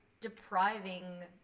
depriving